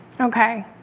Okay